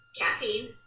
caffeine